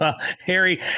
Harry